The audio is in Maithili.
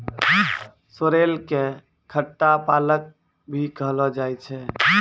सोरेल कॅ खट्टा पालक भी कहलो जाय छै